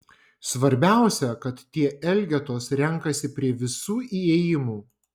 svarbiausia kad tie elgetos renkasi prie visų įėjimų